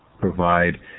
provide